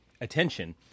attention